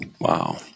Wow